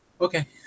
Okay